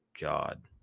god